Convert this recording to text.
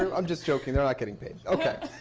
i'm just joking. they're not getting paid.